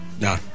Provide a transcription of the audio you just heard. no